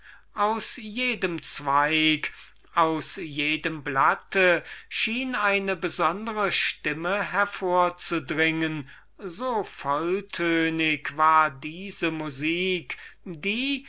aus jedem zweig aus jedem blatte schien eine besondere stimme hervorzugehen so volltönig war diese musik in welcher die